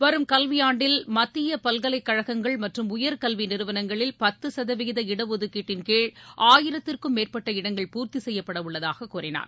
வரும் கல்வியாண்டில் மத்திய பல்கலைக்கழகங்கள் மற்றும் உயர் கல்வி நிறுவனங்களில் பத்து சதவீத இடஒதுக்கீட்டின்கீழ் ஆயிரத்திற்கும் மேற்பட்ட இடங்கள் பூர்த்தி செய்யப்பட உள்ளதாக கூறினார்